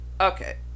Okay